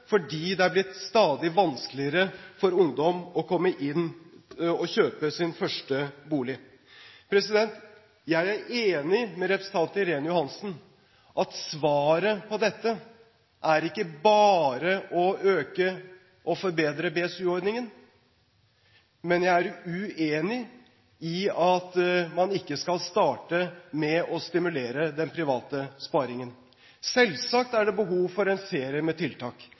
fordi det er blitt stadig vanskeligere for ungdom å komme inn og kjøpe sin første bolig. Jeg er enig med representanten Irene Johansen i at svaret på dette er ikke bare å øke og forbedre BSU-ordningen, men jeg er uenig i at man ikke skal starte med å stimulere den private sparingen. Selvsagt er det behov for en serie med tiltak.